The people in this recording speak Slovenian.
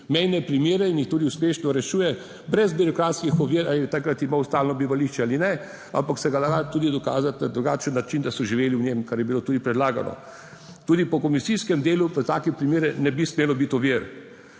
mejne primere in jih tudi uspešno rešuje brez birokratskih ovir ali je takrat imel stalno bivališče ali ne, ampak se ga tudi dokazati na drugačen način, da so živeli v njem, kar je bilo tudi predlagano. Tudi po komisijskem delu za take primere ne bi smelo biti ovir.